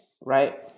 right